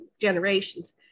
generations